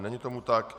Není tomu tak.